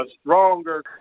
stronger